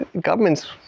governments